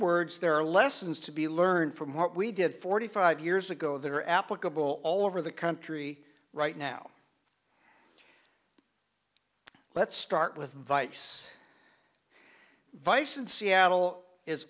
words there are lessons to be learned from what we did forty five years ago that are applicable all over the country right now let's start with vice vice and seattle is